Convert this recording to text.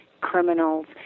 criminals